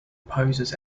opposes